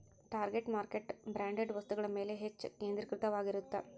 target market branded ವಸ್ತುಗಳ ಮ್ಯಾಲೆ ಹೆಚ್ಚ್ ಕೇಂದ್ರೇಕೃತವಾಗಿರತ್ತ